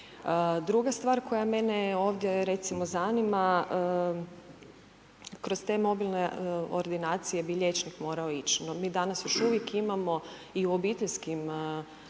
Druga stvar koja mene ovdje recimo zanima, kroz te mobilne ordinacije bi liječnik morao ići, no mi danas još uvijek imamo, i u obiteljskim praksama